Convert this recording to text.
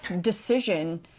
decision